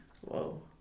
Whoa